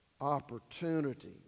opportunity